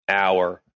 hour